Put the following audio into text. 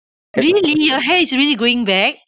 really your hair is growing back